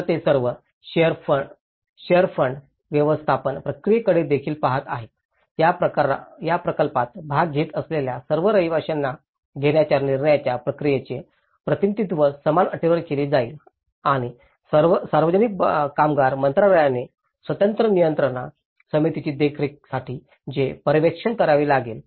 तर ते सर्व शेअरड फंड व्यवस्थापन प्रक्रियेकडे देखील पहात आहेत या प्रकल्पात भाग घेत असलेल्या सर्व रहिवाशांना घेण्याच्या निर्णयाच्या प्रक्रियेचे प्रतिनिधित्व समान अटींवर केले जाईल आणि सार्वजनिक कामगार मंत्रालयाने स्वतंत्र नियंत्रण समितीची देखरेखीसाठी जे पर्यवेक्षण करावे लागेल